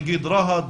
נגיד רהט,